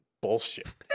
bullshit